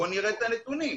בואו נראה את הנתונים,